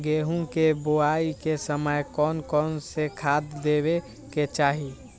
गेंहू के बोआई के समय कौन कौन से खाद देवे के चाही?